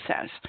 says